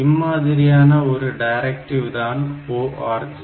இம்மாதிரியான ஒரு டைரக்ட்டிவ் தான் ORG